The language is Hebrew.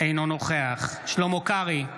אינו נוכח שלמה קרעי,